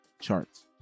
charts